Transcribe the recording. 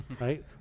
right